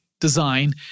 design